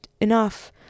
enough